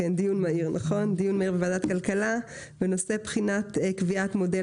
דיון מהיר בוועדת הכלכלה בנושא "בחינת קביעת מודל